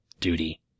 Duty